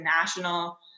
national